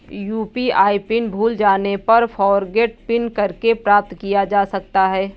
UPI pin भूल जाने पर फ़ॉरगोट पिन करके प्राप्त किया जा सकता है